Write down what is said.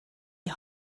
die